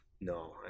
No